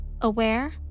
aware